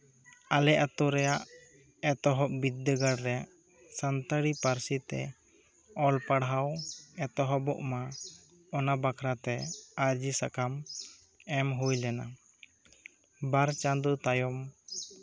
ᱟᱞᱮ ᱟᱹᱛᱩ ᱨᱮᱭᱟᱜ ᱮᱛᱚᱦᱚᱵ ᱵᱤᱫᱽᱫᱟᱹᱜᱟᱲ ᱨᱮ ᱥᱟᱱᱛᱟᱲᱤ ᱯᱟᱹᱨᱥᱤ ᱛᱮ ᱚᱞ ᱯᱟᱲᱦᱟᱣ ᱮᱛᱚᱦᱚᱵᱚᱜ ᱢᱟ ᱚᱱᱟ ᱵᱟᱠᱷᱨᱟᱛᱮ ᱟᱨᱡᱤ ᱥᱟᱠᱟᱢ ᱮᱢ ᱦᱩᱭ ᱞᱮᱱᱟ ᱵᱟᱨ ᱪᱟᱸᱫᱚ ᱛᱟᱭᱚᱢ